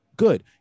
Good